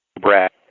brad